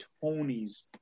Tony's